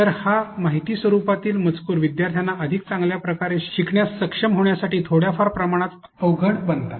तर हा माहिती स्वरूपातील मजकूर विद्यार्थ्यांना अधिक चांगल्या प्रकारे शिकण्यास सक्षम होण्यासाठी थोड्या फार प्रमाणात अवघड बनतात